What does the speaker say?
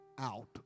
out